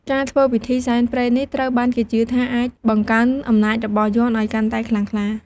ការធ្វើពិធីសែនព្រេននេះ ត្រូវបានគេជឿថាអាចបង្កើនអំណាចរបស់យ័ន្តឱ្យកាន់តែខ្លាំងក្លា។